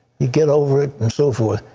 you get over it, and so forth.